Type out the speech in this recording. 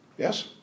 Yes